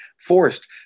forced